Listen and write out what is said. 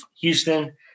Houston